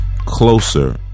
closer